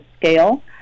scale